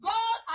God